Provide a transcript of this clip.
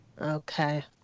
okay